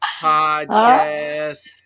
podcast